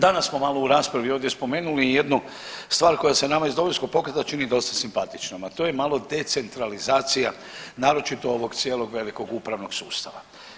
Danas smo malo u raspravi spomenuli jednu stvar koja se nama iz Domovinskog pokreta čini dosta simpatičnom, a to je malo decentralizacija naročito ovog cijelog velikog upravnog sustava.